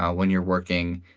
ah when you're working,